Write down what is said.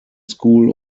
school